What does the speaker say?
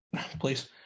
Please